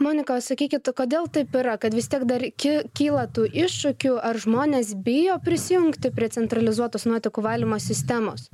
monika sakykit kodėl taip yra kad vis tiek dar ki kyla tų iššūkių ar žmonės bijo prisijungti prie centralizuotos nuotekų valymo sistemos